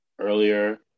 earlier